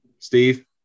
Steve